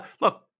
look